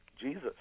Jesus